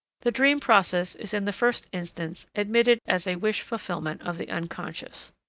the dream process is in the first instance admitted as a wish-fulfillment of the unconscious,